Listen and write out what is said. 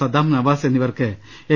Saddam Nawaz എന്നിവർക്ക് N